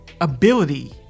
ability